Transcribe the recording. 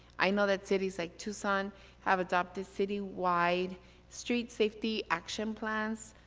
i know that cities like tucson have adopted citywide street safety action plans.